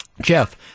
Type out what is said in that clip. Jeff